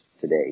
today